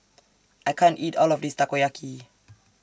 I can't eat All of This Takoyaki